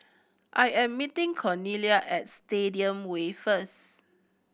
I am meeting Cornelia at Stadium Way first